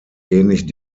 ähnlich